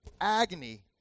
agony